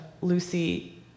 Lucy